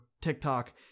TikTok